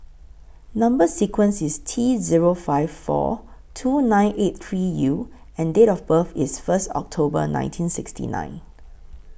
Number sequence IS T Zero five four two nine eight three U and Date of birth IS First October nineteen sixty nine